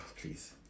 please